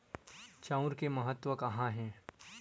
चांउर के महत्व कहां हे?